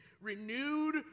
renewed